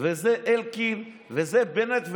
וזה אלקין וזה בנט.